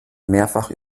mehrfach